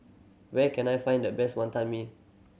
where can I find the best Wantan Mee